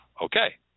Okay